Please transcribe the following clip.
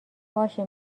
باشه